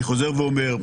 אני חוזר ואומר.